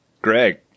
Greg